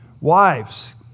Wives